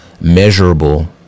measurable